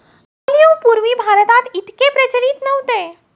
olive पूर्वी भारतात इतके प्रचलित नव्हते